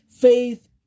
Faith